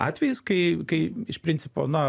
atvejis kai kai iš principo na